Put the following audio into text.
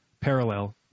parallel